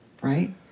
right